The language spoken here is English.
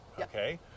Okay